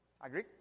Agree